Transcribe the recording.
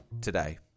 today